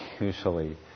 usually